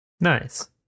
Nice